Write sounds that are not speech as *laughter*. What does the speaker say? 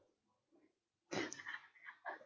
*laughs*